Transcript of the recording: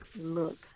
look